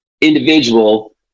individual